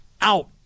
out